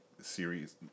series